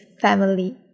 family